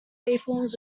reforms